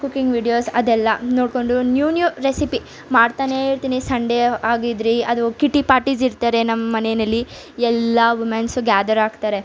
cooking videos ಅದೆಲ್ಲ ನೋಡಿಕೊಂಡು new new recipe ಮಾಡ್ತಾನೇಯಿರ್ತೀನಿ ಸಂಡೇ ಆಗಿದ್ದರೆ ಅದು ಕಿಟ್ಟಿ ಪಾರ್ಟೀಸ್ ಇಡ್ತಾರೆ ನಮ್ಮ ಮನೆಯಲ್ಲಿ ಎಲ್ಲ ವುಮೆನ್ಸ್ ಗ್ಯಾದರ್ ಆಗ್ತಾರೆ